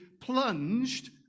plunged